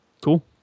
Cool